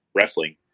wrestling